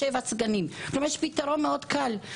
כלומר יש פתרון מאוד קל: